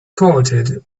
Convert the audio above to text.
coated